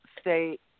state